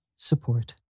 Support